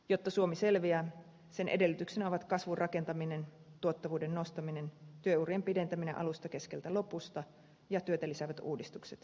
jotta suomi selviää sen edellytyksenä ovat kasvun rakentaminen tuottavuuden nostaminen työurien pidentäminen alusta keskeltä lopusta ja työtä lisäävät uudistukset